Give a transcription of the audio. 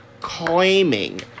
claiming